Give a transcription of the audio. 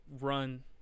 run